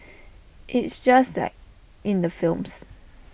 it's just like in the films